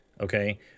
okay